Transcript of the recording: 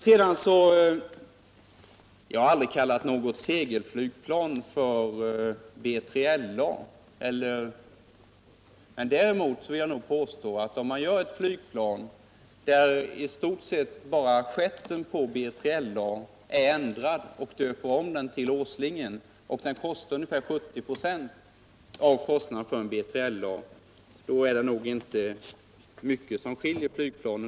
Jag har vidare aldrig kallat något segelplan för BILA. Men däremot vill jag påstå att om man gör ett flygplan, som i stort sett skiljer sig från BILA bara beträffande stjärtpartiet, och döper det till Åslingen, samtidigt som kostnaden för det är omkring 70 96 av kostnaden för ett BILA plan, så är det inte mycket som skiljer dessa flygplan åt.